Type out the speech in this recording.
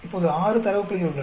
இப்போது 6 தரவு புள்ளிகள் உள்ளன